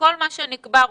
כל מה שנקבע רוחבית,